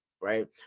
right